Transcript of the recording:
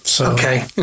Okay